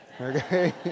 Okay